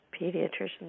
pediatrician's